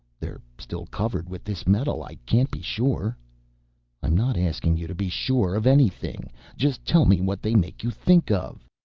they're still covered with this metal, i can't be sure i'm not asking you to be sure of anything just tell me what they make you think of.